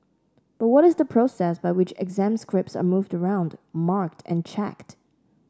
but what is the process by which exam scripts are moved around marked and checked